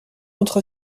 entre